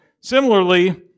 Similarly